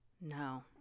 No